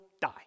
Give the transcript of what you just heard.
die